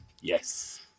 Yes